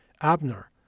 Abner